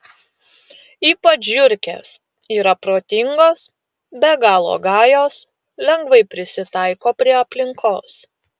ypač žiurkės yra protingos be galo gajos lengvai prisitaiko prie aplinkos